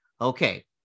Okay